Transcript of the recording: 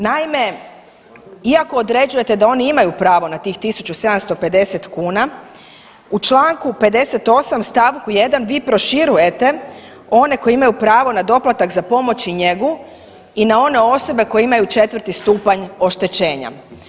Naime, iako određujete da oni imaju pravo na tih 1750 kuna u članku 58. stavku 1. vi proširujete one koji imaju pravo na doplatak za pomoć i njegu i na one osobe koje imaju četvrti stupanj oštećenja.